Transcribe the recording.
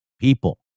people